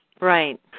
Right